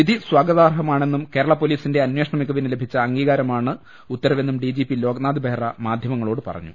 വിധി സ്വാഗതാർഹമാണെന്നും കേരളാ പൊലീസിന്റെ അന്വേ ഷണ മികവിന് ലഭിച്ച അംഗീകാരമാണ് ഉത്തരവെന്നും D G P Loknath Behera മാധ്യമങ്ങളോട് പറഞ്ഞു